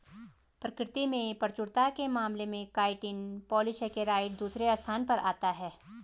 प्रकृति में प्रचुरता के मामले में काइटिन पॉलीसेकेराइड दूसरे स्थान पर आता है